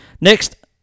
Next